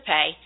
Pay